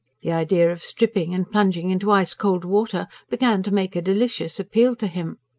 the idea of stripping and plunging into ice-cold water began to make a delicious appeal to him.